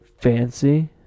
Fancy